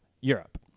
Europe